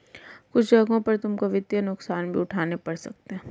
कुछ जगहों पर तुमको वित्तीय नुकसान भी उठाने पड़ सकते हैं